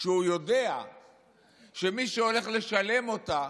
כשהוא יודע שמי שהולכים לשלם אותה